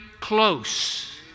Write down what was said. close